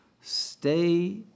stay